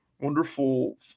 wonderful